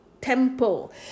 temple